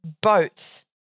boats